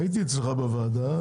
הייתי אצלך בוועדה,